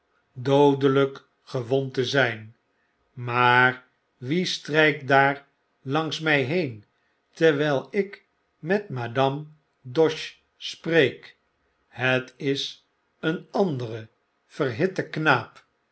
doodelyk gewond te zijn maar wie strykt daar langs my heen terwyl ik met madame doche spreek het is een andere verhitte knaap